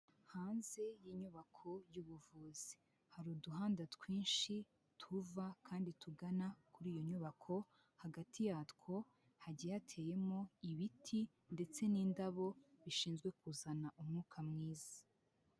Hanze y'inyubako y'ubuvuzi, hari uduhanda twinshi tuva kandi tugana kuri iyo nyubako, hagati yatwo hagiye hateyemo ibiti ndetse n'indabo bishinzwe kuzana umwuka mwiza.